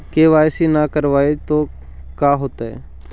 KYC न करवाई तो का हाओतै?